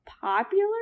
popular